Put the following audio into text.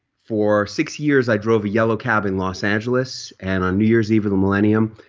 for six years i drove a yellow cab in los angeles and on new year's eve of the millennium,